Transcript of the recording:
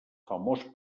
famós